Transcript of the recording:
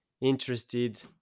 interested